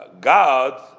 God